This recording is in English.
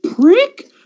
prick